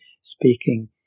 speaking